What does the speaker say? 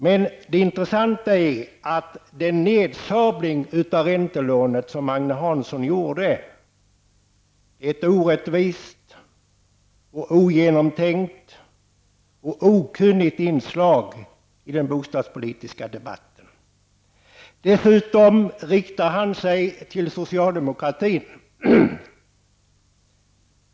Men det intressanta är att den nedsabling av räntelånet som Agne Hansson gjorde är ett orättvist, ogenomtänkt och okunnigt inslag i den bostadspolitiska debatten. Dessutom riktar han sig till socialdemokratin.